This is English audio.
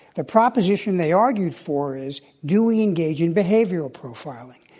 the proposition they argued for is do we engage in behavioral profiling.